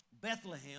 Bethlehem